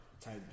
Type